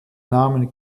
namen